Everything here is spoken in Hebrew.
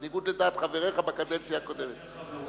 בניגוד לדעת חבריך בקדנציה הקודמת.